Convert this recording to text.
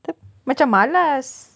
macam malas